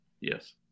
Yes